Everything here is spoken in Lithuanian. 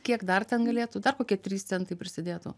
kiek dar ten galėtų dar kokie trys centai prisidėtų